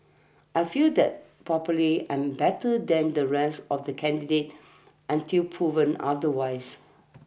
I feel that probably I'm better than the rest of the candidates until proven otherwise